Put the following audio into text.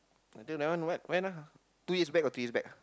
I think that one when when lah two years back or three years back ah